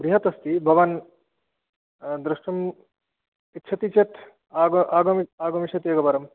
बृहत् अस्ति भवान् द्रष्टुम् इच्छति चेत् आगमिष्यति एकवारम्